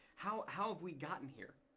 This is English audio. how have we gotten here?